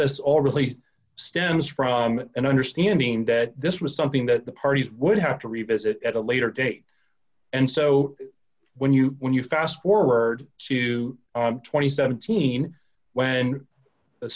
this all really stems from an understanding that this was something that the parties would have to revisit at a later date and so when you when you fast forward to two thousand and seventeen when the